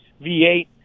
V8